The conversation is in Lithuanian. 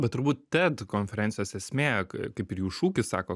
bet turbūt ted konferencijos esmė kaip ir jų šūkis sako